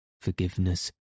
forgiveness